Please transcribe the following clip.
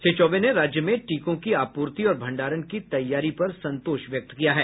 श्री चौबे ने राज्य में टीकों की आपूर्ति और भंडारण की तैयारी पर संतोष व्यक्त किया है